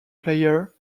player